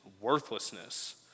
worthlessness